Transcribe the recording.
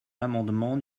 l’amendement